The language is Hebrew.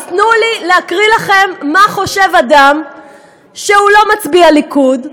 אז תנו לי להקריא לכם מה חושב אדם שהוא לא מצביע ליכוד.